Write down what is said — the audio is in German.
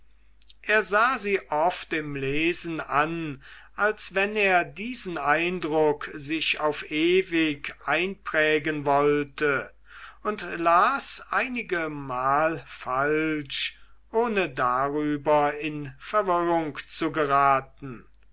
er sah sie oft im lesen an als wenn er diesen eindruck sich auf ewig einprägen wollte und las einigemal falsch ohne darüber in verwirrung zu geraten